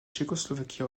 tchécoslovaquie